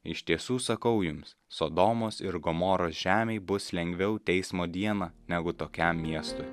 iš tiesų sakau jums sodomos ir gomoros žemei bus lengviau teismo dieną negu tokiam miestui